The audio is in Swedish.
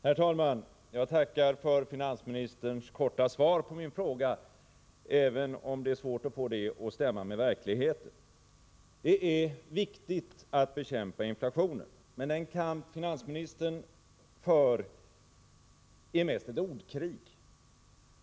Herr talman! Jag tackar för finansministerns korta svar på min fråga, även om det är svårt att få det att stämma med verkligheten. Det är viktigt att bekämpa inflationen. Men den kamp finansministern för är mest ett ordkrig.